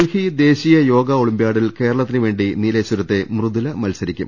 ഡൽഹി ദേശീയ യോഗ ഒളിമ്പ്യാഡിൽ കേരളത്തിന് വേണ്ടി നീലേ ശ്വരത്തെ മൃദൂല മത്സരിക്കും